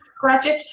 graduate